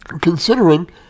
Considering